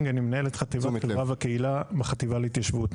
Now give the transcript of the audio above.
אני מנהל את חטיבת חברה וקהילה בחטיבה להתיישבות.